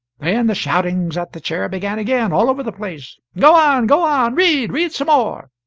then the shoutings at the chair began again, all over the place go on! go on! read! read some more!